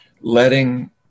letting